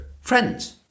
friends